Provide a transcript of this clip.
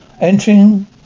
entering